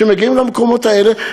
שמגיעים למקומות האלה.